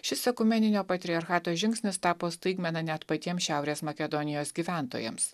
šis ekumeninio patriarchato žingsnis tapo staigmena net patiems šiaurės makedonijos gyventojams